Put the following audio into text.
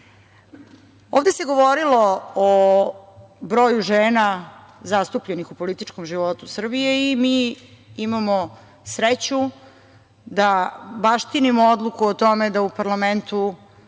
se govorilo o broju žena zastupljenih u političkom životu Srbije i mi imamo sreću da baštinimo odluku o tome da u parlamentu